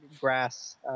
grass